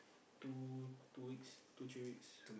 two two weeks two three weeks